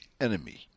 enemy